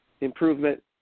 improvement